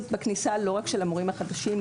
לא רק של המורים החדשים,